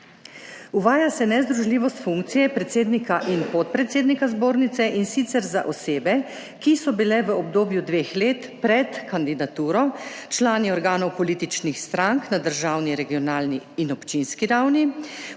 Uvaja se nezdružljivost funkcije predsednika in podpredsednika Zbornice, in sicer za osebe, ki so bile v obdobju dveh let pred kandidaturo člani organov političnih strank na državni, regionalni in občinski ravni,